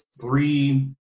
three